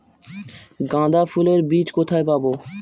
গাঁদা ফুলের বীজ কোথায় পাবো?